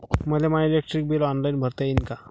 मले my electric bill online भरता येईन का?